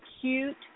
cute